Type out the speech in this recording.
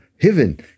heaven